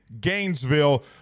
Gainesville